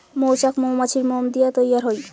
মৌচাক মৌমাছির মোম দিয়া তৈয়ার হই